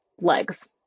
legs